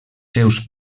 seus